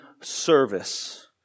service